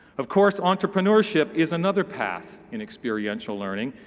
of course, entrepreneurship is another path in experiential learning.